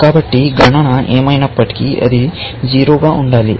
కాబట్టి గణన ఏమైనప్పటికీ అది 0 గా ఉండాలి